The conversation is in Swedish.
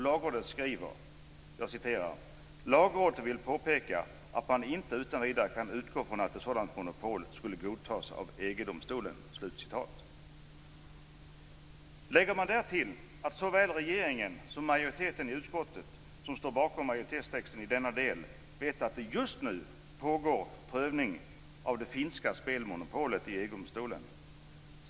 Lagrådet skriver: "Lagrådet vill påpeka, att man inte utan vidare kan utgå från att ett sådant monopol skulle godtas av EG-domstolen." Därtill kan man lägga att såväl regeringen som majoriteten i utskottet, som står bakom majoritetstexten i denna del, vet att det just nu pågår prövning av det finska spelmonopolet i EG-domstolen.